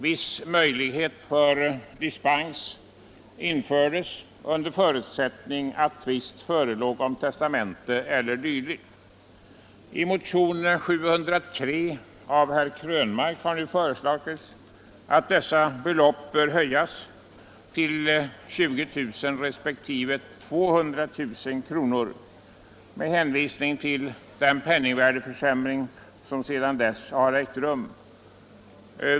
Viss möjlighet för dispens infördes under förutsättning att tvist förelåg om testamente eller dylikt. I motionen 703 av herr Krönmark har nu föreslagits att dessa belopp höjs till 20 000 resp. 200 000 kr. med hänvisning till den penningvärdeförsämring som sedan dess har ägt rum.